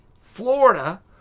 Florida